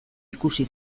ikusi